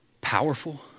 powerful